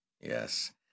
Yes